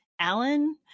Alan